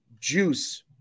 Juice